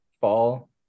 fall